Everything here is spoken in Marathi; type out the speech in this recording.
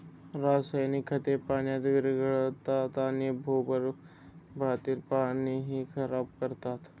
रासायनिक खते पाण्यात विरघळतात आणि भूगर्भातील पाणीही खराब करतात